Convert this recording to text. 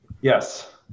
Yes